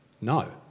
no